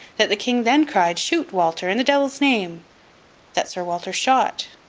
that the king then cried, shoot, walter, in the devil's name that sir walter shot.